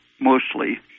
mostly